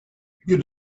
you